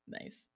Nice